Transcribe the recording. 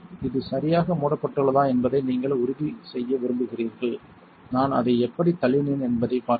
இது சரியாக மூடப்பட்டுள்ளதா என்பதை நீங்கள் உறுதிசெய்ய விரும்புகிறீர்கள் நான் அதை எப்படித் தள்ளினேன் என்பதைப் பார்க்கவும்